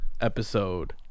episode